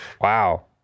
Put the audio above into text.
Wow